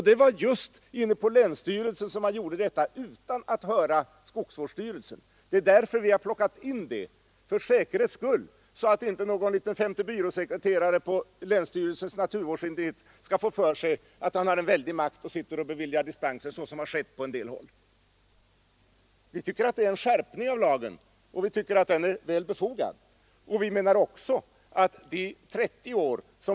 Det var just på länsstyrelsen man gjorde detta utan att höra skogsvårdsstyrelsen. Det är därför vi plockat in detta i vår reservation, för säkerhets skull, så att inte någon liten femte byråsekreterare på länsstyrelsens naturvårdsenhet skall få för sig att han har en väldig makt och sitter och beviljar dispenser såsom skett på en del håll. Vi tycker att detta är en skärpning av lagen och vi tycker att den är befogad.